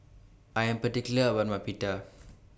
I Am particular about My Pita